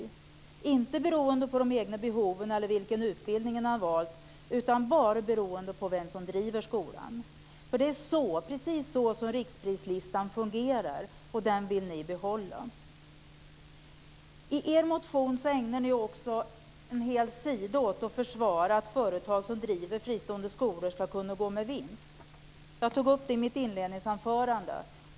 Resursen är inte beroende av de egna behoven eller av den utbildning de har valt utan bara av vem som driver skolan. Det är precis så som riksprislistan fungerar, och den vill ni behålla. I er motion ägnar ni också en hel sida åt att försvara att företag som driver fristående skolor ska kunna gå med vinst. Jag tog upp det i mitt inledningsanförande.